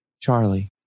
Charlie